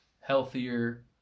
healthier